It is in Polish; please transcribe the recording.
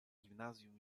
gimnazjum